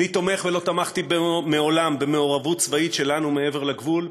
איני תומך ולא תמכתי מעולם במעורבות צבאית שלנו מעבר לגבול,